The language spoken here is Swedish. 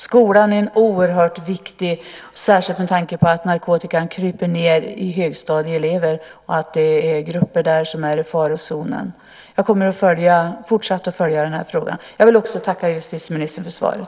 Skolan är oerhört viktig, särskilt med tanke på att narkotika förekommer bland högskoleelever och att det är grupper där som är i farozonen. Jag kommer fortsatt att följa frågan. Jag vill också tacka justitieministern för svaret.